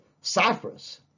Cyprus